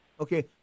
Okay